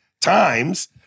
times